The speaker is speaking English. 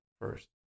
first